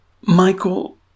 Michael